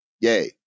Yay